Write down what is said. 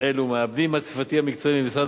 אלה מעבדים הצוותים המקצועיים במשרד